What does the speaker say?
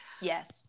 Yes